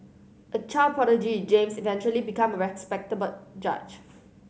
a child prodigy James eventually become a respected judge